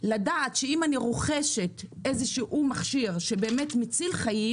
לדעת שאם אני רוכשת איזה שהוא מכשיר שמציל חיים